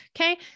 Okay